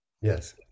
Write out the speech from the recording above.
yes